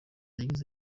yagize